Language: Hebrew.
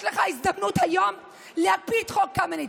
יש לך הזדמנות היום להקפיא את חוק קמיניץ,